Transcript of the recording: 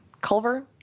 Culver